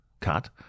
cut